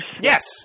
Yes